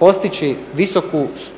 postići